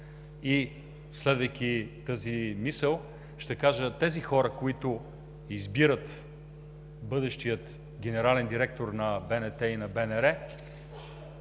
И следвайки тази мисъл, ще кажа, че тези хора, които избират бъдещия генерален директор на БНТ и на БНР,